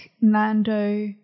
nando